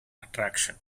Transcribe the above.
attraction